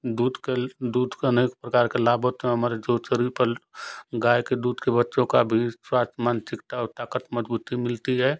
दूध के दूध के अनेक प्रकार के लाभ होते हैं हमारे जो शरीर पर गाय के दूध के बच्चों का भी मानसिकता और ताकत मज़बूती मिलती है